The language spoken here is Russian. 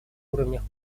уровнях